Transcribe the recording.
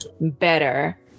better